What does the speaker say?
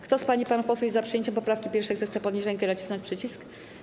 Kto z pań i panów posłów jest za przyjęciem poprawki 1., zechce podnieść rękę i nacisnąć przycisk.